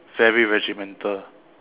very regimental